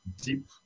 deep